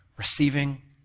Receiving